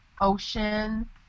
ocean